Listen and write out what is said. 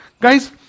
Guys